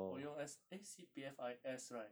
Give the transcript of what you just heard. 我用 S eh C_P_F_I_S right